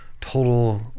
total